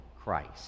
Christ